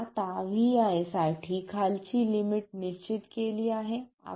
आता vi साठी खालची लिमिट निश्चित केली आहे